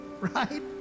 right